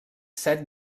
set